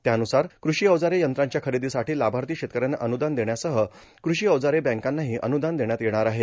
त्याबुसार कृषि अवजारे यंत्रांच्या खरेदीसाठी लाभार्थी शेतकऱ्यांना अन्नुदान देण्यासह कृषि अवजारे बँकांनाही अन्नुदान देण्यात येणार आहे